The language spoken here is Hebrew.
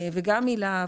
גם מלה"ב,